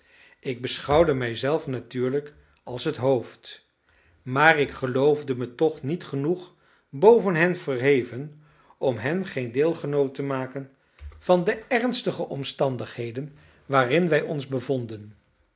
ik beschouwde mij zelf natuurlijk als het hoofd maar ik geloofde me toch niet genoeg boven hen verheven om hen geen deelgenoot te maken van de ernstige omstandigheden waarin wij ons bevonden